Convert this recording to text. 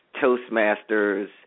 Toastmasters